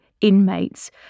inmates